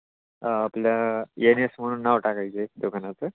आपल्याला N S म्हणून नाव टाकायचं आहे दुकानाचं